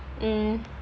mm